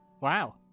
Wow